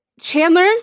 Chandler